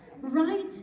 Right